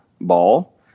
ball